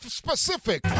specific